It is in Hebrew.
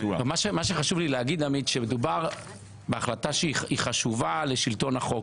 מה שחשוב לי להגיד עמית שמדובר בהחלטה של שלטון החוק,